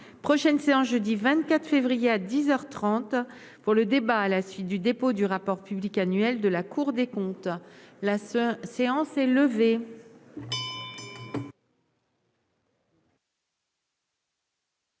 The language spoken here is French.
prochaine séance jeudi 24 février à 10 heures 30 pour le débat, à la suite du dépôt du rapport public annuel de la Cour des comptes, la seule séance est levée.